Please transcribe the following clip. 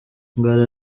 ngara